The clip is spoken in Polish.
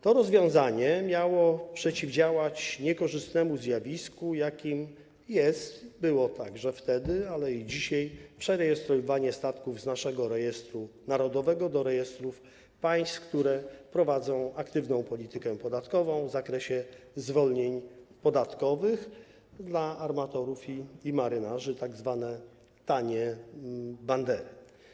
To rozwiązanie miało przeciwdziałać niekorzystnemu zjawisku, jakim było także wtedy, ale i jest dzisiaj, przerejestrowywanie statków z naszego rejestru narodowego do rejestrów państw, które prowadzą aktywną politykę podatkową w zakresie zwolnień podatkowych dla armatorów i marynarzy, tzw. tanie bandery.